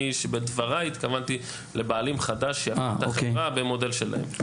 בדבריי התכוונתי לבעלים חדש של אותה חברה במודל שלהם.